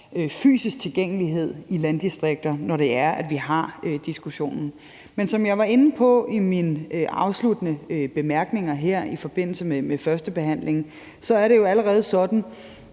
fysisk tilgængelighed i landdistrikterne, når vi har diskussionen. Men som jeg var inde på i mine afsluttende bemærkninger i forbindelse med førstebehandlingen, er det jo allerede sådan